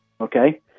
okay